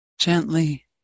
gently